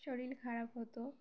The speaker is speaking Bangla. শরীর খারাপ হতো